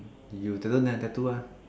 you didn't have tattoo ah